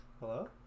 Hello